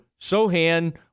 Sohan –